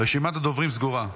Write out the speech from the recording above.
רשימת הדוברים סגורה.